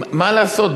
מה לעשות,